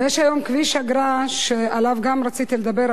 יש היום כביש אגרה שעליו גם רציתי לדבר,